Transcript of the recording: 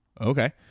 Okay